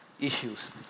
issues